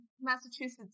Massachusetts